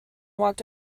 walked